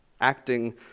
acting